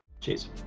Cheers